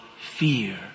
fear